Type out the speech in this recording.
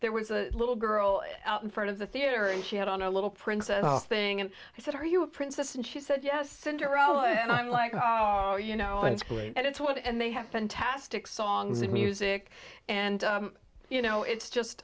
there was a little girl out in front of the theater and she had on a little princess thing and i said are you a princess and she said yes cinderella and i'm like oh you know it's great and it's what and they have fantastic songs and music and you know it's just